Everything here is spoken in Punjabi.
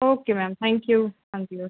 ਓਕੇ ਮੈਮ ਥੈਂਕ ਯੂ ਹਾਂਜੀ ਓਕੇ